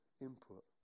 input